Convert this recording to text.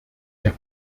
der